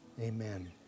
amen